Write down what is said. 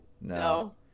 No